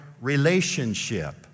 relationship